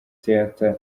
theater